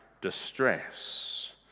distress